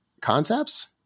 concepts